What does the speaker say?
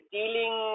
dealing